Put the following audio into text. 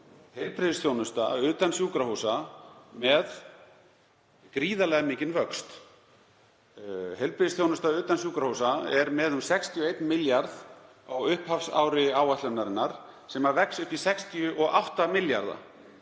heilbrigðisþjónusta utan sjúkrahúsa með gríðarlega mikinn vöxt. Heilbrigðisþjónusta utan sjúkrahúsa er með um 61 milljarð á upphafsári áætlunarinnar sem vex upp í 68 milljarða.